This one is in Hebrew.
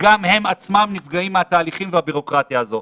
וגם הם עצמם נפגעים מהתהליכים והבירוקרטיה הזאת.